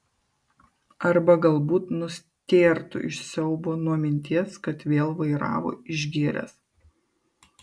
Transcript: arba galbūt nustėrtų iš siaubo nuo minties kad vėl vairavo išgėręs